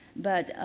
but,